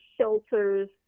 shelters